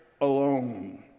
alone